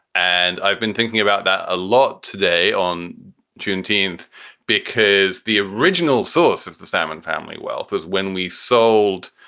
and i've been thinking about that a lot today on juneteenth because the original source is the simon family wealth was when we sold